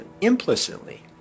implicitly